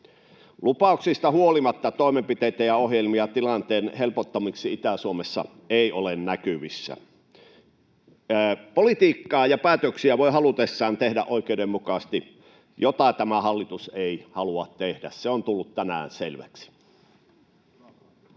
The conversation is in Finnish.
Lupauksista huolimatta toimenpiteitä ja ohjelmia tilanteen helpottamiseksi Itä-Suomessa ei ole näkyvissä. Politiikkaa ja päätöksiä voi halutessaan tehdä oikeudenmukaisesti, mitä tämä hallitus ei halua tehdä — se on tullut tänään selväksi.